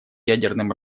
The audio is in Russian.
ядерным